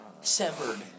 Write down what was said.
Severed